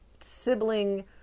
sibling